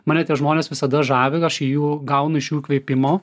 mane tie žmonės visada žavi aš jų gaunu iš jų įkvėpimo